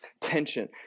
tension